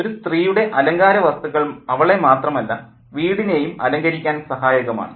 ഒരു സ്ത്രീയുടെ ഈ അലങ്കാര വസ്തുക്കൾ അവളെ മാത്രമല്ല വീടിനേയും അലങ്കരിക്കാൻ സഹായകമാണ്